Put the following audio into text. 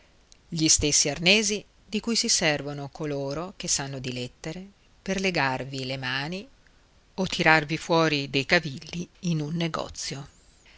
gli stessi arnesi di cui si servono coloro che sanno di lettere per legarvi le mani o tirarvi fuori dei cavilli in un negozio